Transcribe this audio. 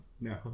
No